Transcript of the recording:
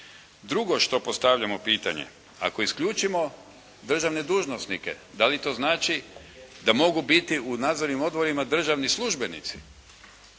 Drugo što postavljamo pitanje. Ako isključimo državne dužnosnike, da li to znači da mogu biti u nadzornim odborima državni službenici?